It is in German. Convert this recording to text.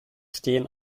stehen